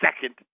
second